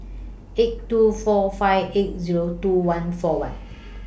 eight two four five eight Zero two one four one